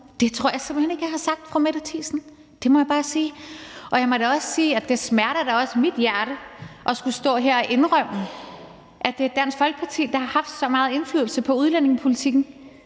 Det tror jeg simpelt hen ikke jeg har sagt, fru Mette Thiesen, det må jeg bare sige. Og jeg må da også sige, at det også smerter i mit hjerte at skulle stå her og indrømme, at det er Dansk Folkeparti, der har haft så meget indflydelse på udlændingepolitikken